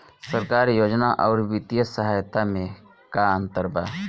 सरकारी योजना आउर वित्तीय सहायता के में का अंतर बा?